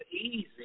easy